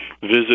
visit